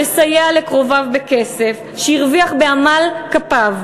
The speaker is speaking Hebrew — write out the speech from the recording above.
לסייע לקרוביו בכסף שהרוויח בעמל כפיו.